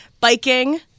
biking